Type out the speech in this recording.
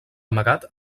amagat